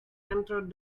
entered